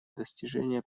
достижение